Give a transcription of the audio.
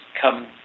come